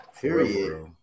Period